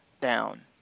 down